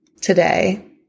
today